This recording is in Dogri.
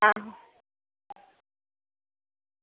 हां